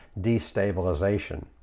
destabilization